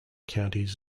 counties